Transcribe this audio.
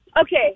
Okay